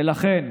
ולכן,